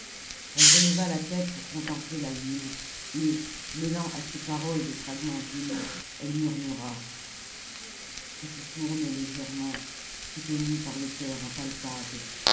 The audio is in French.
elle releva la tête pour contempler la lune et mêlant à ses paroles des fragments d'hymne elle murmura que tu tournes légèrement soutenue par l'éther impalpable